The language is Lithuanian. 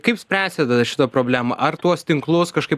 kaip spręsit šitą problemą ar tuos tinklus kažkaip